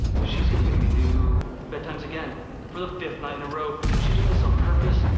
she's gonna make me do bedtimes again for the fifth night in a row. she's doing this on purpose.